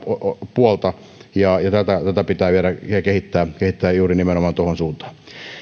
puolta ja tätä pitää viedä ja kehittää kehittää juuri nimenomaan tuohon suuntaan